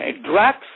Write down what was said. drugs